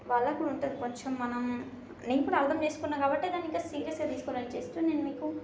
వాళ్ళకి కూడా ఉంటుంది కొంచెం మనం నేను కూడా అర్థం చేసుకున్న కాబట్టే దాన్ని ఇంకా సీరియస్గా తీసుకోలే జస్ట్ నేను మీకు